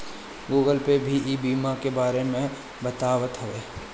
Google Pay भी ई बीमा के बारे में बतावत हवे